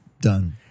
done